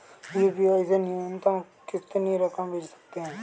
UPI से न्यूनतम कितनी रकम भेज सकते हैं?